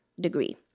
degree